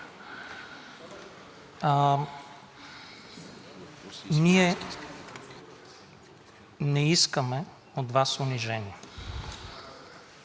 ние не искаме от Вас унижение.